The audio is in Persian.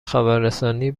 خبررسانی